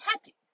happy